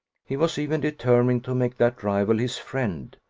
he was even determined to make that rival his friend,